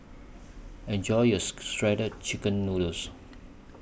Enjoy your Shredded Chicken Noodles